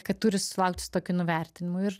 kad turi sulaukti su tokiu nuvertinimu ir